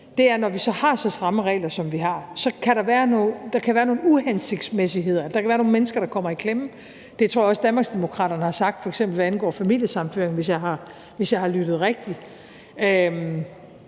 består. Når vi har så stramme regler, som vi har, kan der være nogle uhensigtsmæssigheder, der kan være nogle mennesker, der kommer i klemme – det tror jeg også Danmarksdemokraterne har sagt, f.eks. hvad angår familiesammenføring, hvis jeg har lyttet rigtigt